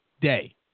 day